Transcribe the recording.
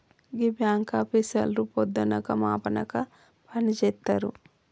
గీ బాంకాపీసర్లు పొద్దనక మాపనక పనిజేత్తరు